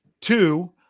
Two